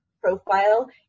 profile